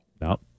no